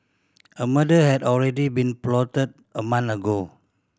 a murder had already been plotted a month ago